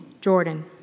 Jordan